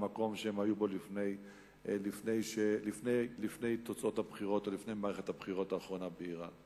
למקום שהם היו בו לפני מערכת הבחירות האחרונה באירן.